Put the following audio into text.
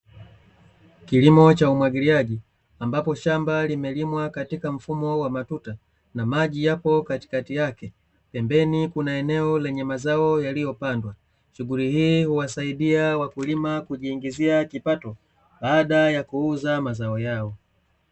Kilimo cha umwagiliaji, ambapo shamba limelimwa katika mfumo wa matuta na maji yapo katikati yake, pembeni kuna eneo lenye mazao yaliyopandwa. Shughuli hii huwasaidia wakulima kujiingizia kipato baada ya kuuza mazao yao.